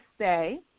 say